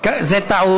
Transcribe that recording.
זה טעות, זה טעות.